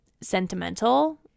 sentimental